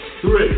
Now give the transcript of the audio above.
three